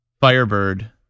Firebird